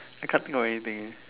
I can't think of anything eh